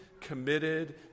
committed